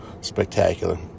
spectacular